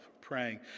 praying